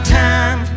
time